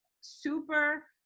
super